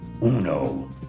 uno